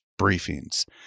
briefings